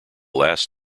last